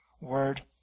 Word